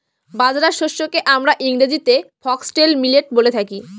বাজরা শস্যকে আমরা ইংরেজিতে ফক্সটেল মিলেট বলে থাকি